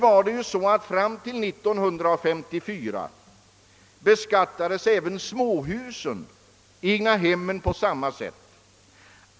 Fram till 1954 beskattades även egnahem på samma sätt.